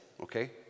okay